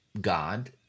God